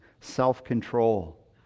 self-control